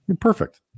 Perfect